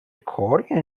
کاریه